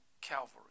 Calvary